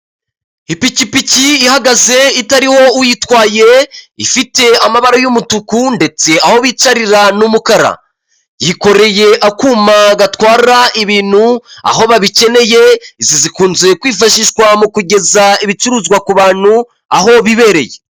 Ipikipiki ihagaze itariho uyitwaye, ifite amabara y'umutuku, ndetse aho bicarira ni umukara. Yikoreye akuma gatwara ibintu aho babikeneye, izi zikunze kwifashishwa mu kugeza ibicuruzwa ku bantu aho bibereye.